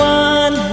one